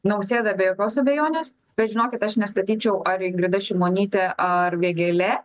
nausėda be jokios abejonės bet žinokit aš nestatyčiau ar ingrida šimonytė ar vėgėlė